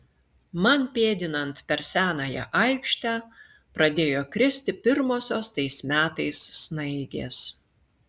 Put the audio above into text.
man pėdinant per senąją aikštę pradėjo kristi pirmosios tais metais snaigės